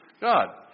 God